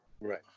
Right